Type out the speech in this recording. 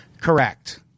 Correct